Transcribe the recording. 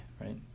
right